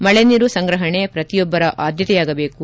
ಮಳೆ ನೀರು ಸಂಗ್ರಹಣೆ ಪ್ರತಿಯೊಬ್ಬರ ಆದ್ಯತೆಯಾಗಬೇಕು